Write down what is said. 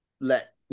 let